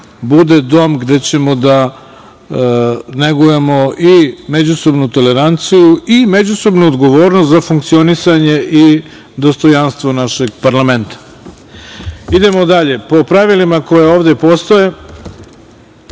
bude dom gde ćemo da negujemo i međusobnu toleranciju i međusobnu odgovornost za funkcionisanje i dostojanstvo našeg parlamenta. Idemo dalje. Po pravilima koji ovde postoje,